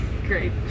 great